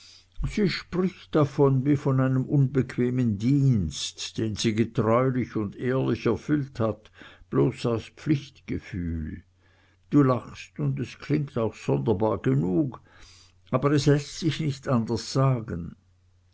sie spricht davon wie von einem unbequemen dienst den sie getreulich und ehrlich erfüllt hat bloß aus pflichtgefühl du lachst und es klingt auch sonderbar genug aber es läßt sich nicht anders sagen